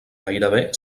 gairebé